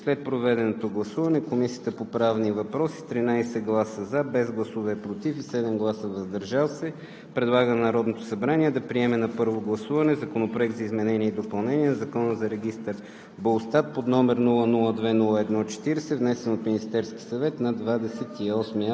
ЕИК номер да стане автоматизирано в рамките на преходен период от четиринадесет месеца. След проведеното гласуване Комисията по правни въпроси с 13 гласа „за“, без „против“ и 7 гласа „въздържал се“ предлага на Народното събрание да приеме на първо гласуване Законопроект за изменение и допълнение на Закона за регистър